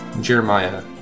Jeremiah